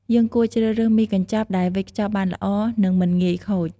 យើងគួរជ្រើសរើសមីកញ្ចប់ដែលវេចខ្ចប់បានល្អ និងមិនងាយខូច។